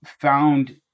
found